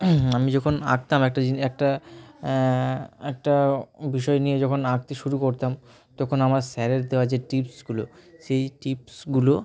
আমি যখন আঁকতাম একটা জিন একটা একটা বিষয় নিয়ে যখন আঁকতে শুরু করতাম তখন আমার স্যারের দেওয়া যে টিপসগুলো সেই টিপসগুলো